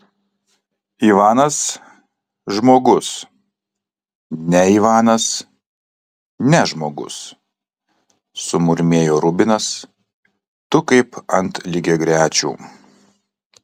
ivanas žmogus ne ivanas ne žmogus sumurmėjo rubinas tu kaip ant lygiagrečių